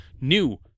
new